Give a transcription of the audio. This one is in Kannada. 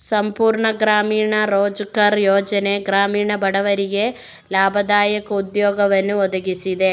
ಸಂಪೂರ್ಣ ಗ್ರಾಮೀಣ ರೋಜ್ಗಾರ್ ಯೋಜನೆ ಗ್ರಾಮೀಣ ಬಡವರಿಗೆ ಲಾಭದಾಯಕ ಉದ್ಯೋಗವನ್ನು ಒದಗಿಸಿದೆ